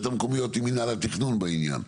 המקומיות עם מינהל התכנון בעניין.